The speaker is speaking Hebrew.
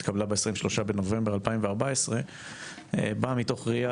התקבלה ב-23 בנובמבר 2014. היא באה מתוך ראייה